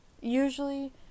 usually